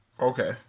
Okay